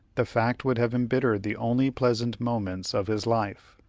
the fact would have embittered the only pleasant moments of his life.